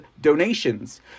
donations